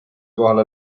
kohale